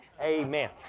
Amen